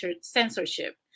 censorship